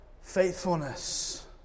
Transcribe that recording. faithfulness